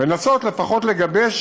כדי לנסות לפחות לגבש